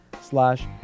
slash